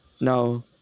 No